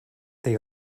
they